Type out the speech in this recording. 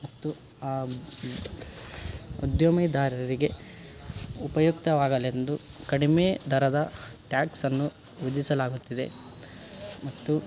ಮತ್ತು ಆ ಉದ್ಯಮಿದಾರರಿಗೆ ಉಪಯುಕ್ತವಾಗಲೆಂದು ಕಡಿಮೆ ದರದ ಟ್ಯಾಕ್ಸನ್ನು ವಿಧಿಸಲಾಗುತ್ತಿದೆ ಮತ್ತು